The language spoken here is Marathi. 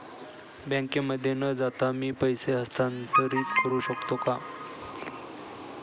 बँकेमध्ये न जाता मी पैसे हस्तांतरित करू शकतो का?